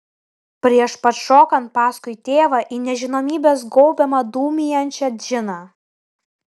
prieš pat šokant paskui tėvą į nežinomybės gaubiamą dūmijančią džiną